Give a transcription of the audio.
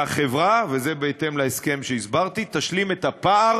והחברה, וזה בהתאם להסכם שהסברתי, תשלים את הפער